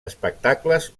espectacles